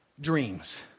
dreams